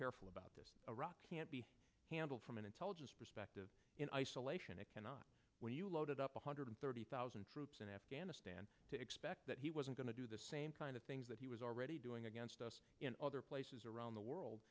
careful about this can't be handled from an intelligence perspective in isolation it cannot when you loaded up one hundred thirty thousand troops in afghanistan to expect that he wasn't going to do the same kind of things that he was already doing against us in other places around the world